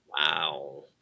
Wow